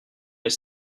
est